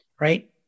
right